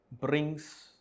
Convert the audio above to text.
brings